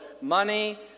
money